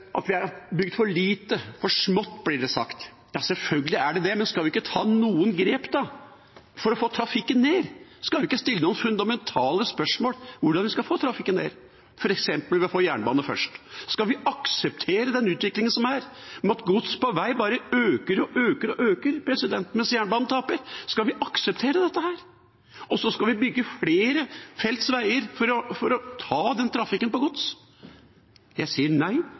for smått, blir det sagt. Ja, selvfølgelig er det det, men skal vi ikke ta noen grep, da, for å få trafikken ned? Skal vi ikke stille oss fundamentale spørsmål om hvordan vi skal få trafikken ned, f.eks. ved å få jernbane først? Skal vi akseptere utviklingen med at gods på vei bare øker og øker og øker, mens jernbanen taper? Skal vi akseptere dette? Og så skal vi bygge flerfeltsveier for å ta den godstrafikken. Jeg sier nei.